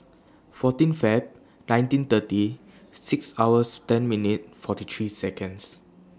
fourteen Feb nineteen thirty six hours ten minutes forty three Seconds